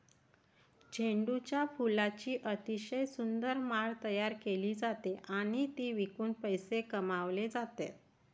झेंडूच्या फुलांची अतिशय सुंदर माळ तयार केली जाते आणि ती विकून पैसे कमावले जातात